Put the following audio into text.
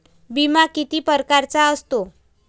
बिमा किती परकारचा असतो?